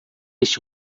este